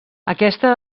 aquesta